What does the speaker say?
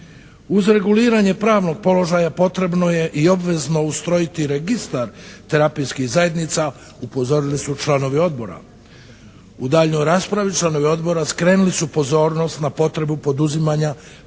Uz reguliranje pravnog položaja potrebno je i obvezno ustrojiti registar terapijskih zajednica upozorili su članovi Odbora. U daljnjoj raspravi članovi Odbora skrenuli su pozornost na potrebu poduzimanja preventivno